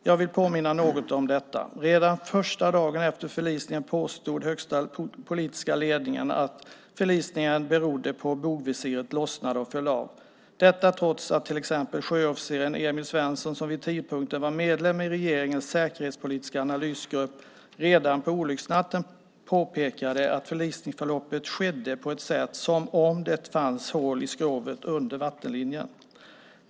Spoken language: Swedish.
Jag vill påminna något om detta. Redan den första dagen efter förlisningen påstod den högsta politiska ledningen att förlisningen berodde på att bogvisiret lossnade och föll av - detta trots att till exempel sjöofficeren Emil Svensson som vid tidpunkten var medlem av regeringens säkerhetspolitiska analysgrupp redan på olycksnatten påpekade att förlisningsförloppet skedde på ett sätt som om det fanns hål i skrovet under vattenlinjen.